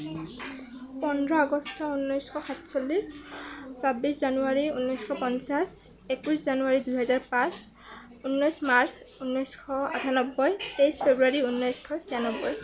পোন্ধৰ আগষ্ট ঊনৈছশ সাতচল্লিছ ছাব্বিছ জানুৱাৰী ঊনৈছশ পঞ্চাছ একৈছ জানুৱাৰী দুহেজাৰ পাঁচ ঊনৈছ মাৰ্চ ঊনৈছশ আঠান্নব্বৈ তেইছ ফেব্ৰুৱাৰী ঊনৈছশ ছয়ানব্বৈ